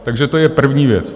Takže to je první věc.